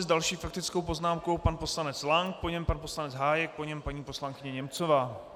S další faktickou poznámkou pan poslanec Lank, po něm pan poslanec Hájek, po něm paní poslankyně Němcová.